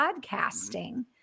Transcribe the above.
podcasting